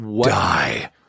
Die